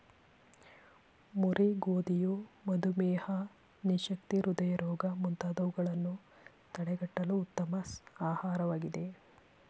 ಮುರಿ ಗೋಧಿಯು ಮಧುಮೇಹ, ನಿಶಕ್ತಿ, ಹೃದಯ ರೋಗ ಮುಂತಾದವುಗಳನ್ನು ತಡಗಟ್ಟಲು ಉತ್ತಮ ಆಹಾರವಾಗಿದೆ